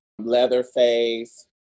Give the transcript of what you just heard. Leatherface